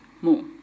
more